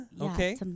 okay